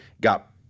got